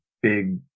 big